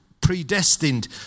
predestined